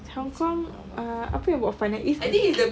hong kong ah apa yang buat fun eh is the